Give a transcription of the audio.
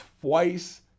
twice